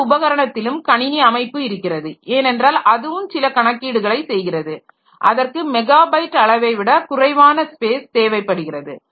இந்த உபகரணத்திலும் கணினி அமைப்பு இருக்கிறது ஏனென்றால் அதுவும் சில கணக்கீடுகளை செய்கிறது அதற்கு மெகாபைட் அளவைவிட குறைவான ஸ்பேஸ் தேவைப்படுகிறது